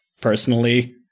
personally